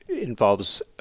involves